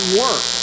work